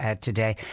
today